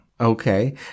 okay